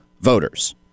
voters